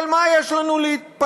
אבל מה יש לנו להתפלא?